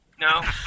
No